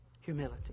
Humility